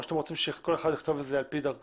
או שאתם רצים שכל אחד יכתוב את זה על פי דרכו,